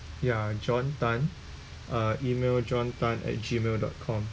ya john Tan uh email john Tan at gmail dot com